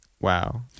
Wow